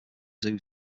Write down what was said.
zoo